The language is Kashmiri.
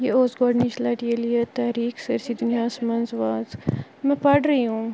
یہِ اوس گۄڈنِچہِ لٹہِ ییٚلہِ یہِ تحریٖک سٲرِسٕے دُنیاہس منٛز واژ مےٚ پڑھ رہی ہوں